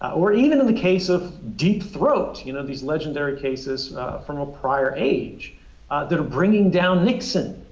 or even in the case of deep throat you know these legendary cases from a prior age that are bringing down nixon